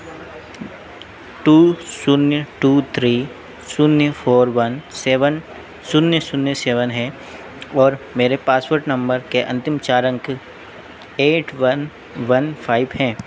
to शून्य to three शून्य four one seven शून्य शून्य सेबन है और मेरे पासपोर्ट नंबर के अंतिम चार अंक एट वन वन फाइब हैं